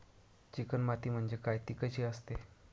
Chicken माती म्हणजे काय? ति कशी असते?